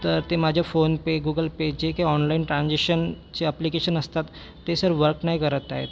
तर ते माझ्या फोनपे गुगलपे जे काही ऑनलाईन ट्रॅन्जेशनचे ॲप्लिकेशन असतात ते सर वर्क नाही करत आहेत